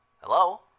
Hello